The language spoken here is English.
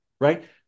right